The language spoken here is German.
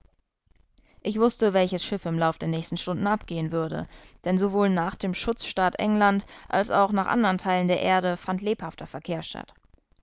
ich wußte welches schiff im lauf der nächsten stunden abgehen würde denn sowohl nach dem schutzstaat england als auch nach andern teilen der erde fand lebhafter verkehr